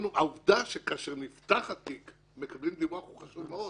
העובדה שכאשר נפתח תיק ומקבלים דיווח היא חשובה מאוד,